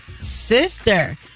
sister